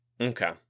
Okay